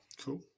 Cool